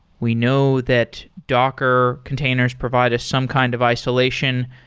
we know that docker containers provide some kind of isolation.